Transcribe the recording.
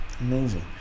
Amazing